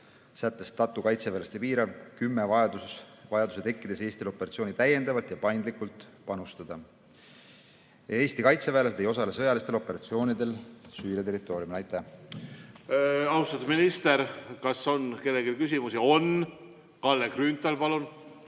sätestatud kaitseväelaste piirarv (10) vajaduse tekkides Eestil operatsiooni täiendavalt ja paindlikult panustada. Eesti kaitseväelased ei osale sõjalistel operatsioonidel Süüria territooriumil. Aitäh! Austatud minister ... Kas on kellelgi küsimusi? On. Kalle Grünthal, palun!